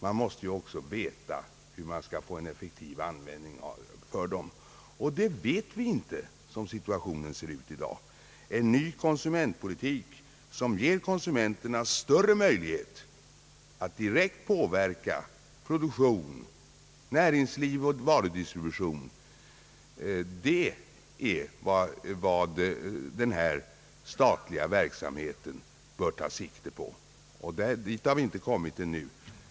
Man måste även veta hur man skall få den effektivaste användningen av dem. Som situationen ser ut i dag vet vi inte det. En ny konsumtionspolitik som ger konsumenterna större möjlighet att direkt påverka produktion, näringsliv och varudistribution är vad denna statliga verksamhet bör ta sikte på, och dit har vi ännu inte kommit.